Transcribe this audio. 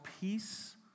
peace